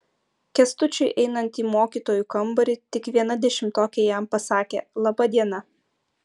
kęstučiui einant į mokytojų kambarį tik viena dešimtokė jam pasakė laba diena